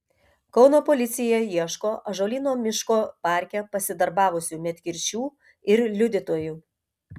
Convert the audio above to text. kauno policija ieško ąžuolyno miško parke pasidarbavusių medkirčių ir liudytojų